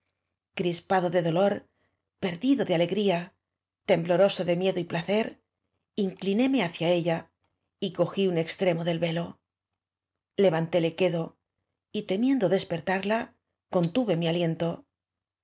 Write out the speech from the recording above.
crispado de dolor perdido de alegría tembloroso de miedo y placer inclinóme hacia ella y cogí un extre mo del velo levantéle quedo y temiendo des pertarla contuve mi aliento